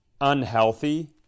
unhealthy